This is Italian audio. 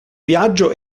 viaggio